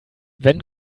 wenn